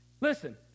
Listen